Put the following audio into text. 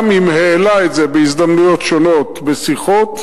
גם אם העלה את זה בהזדמנויות שונות בשיחות,